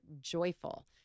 joyful